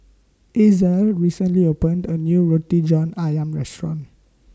Ezell recently opened A New Roti John Ayam Restaurant